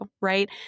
right